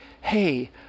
Hey